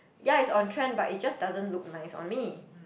ya is on trend but it just doesn't look nice on me